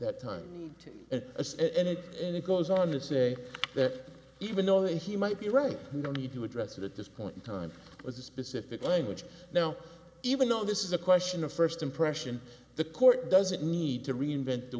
asus and it only goes on to say that even though he might be right no need to address it at this point in time as the specific language now even though this is a question of first impression the court doesn't need to reinvent the